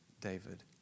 David